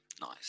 Nice